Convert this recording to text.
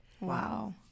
Wow